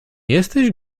jesteś